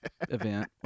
event